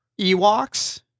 Ewoks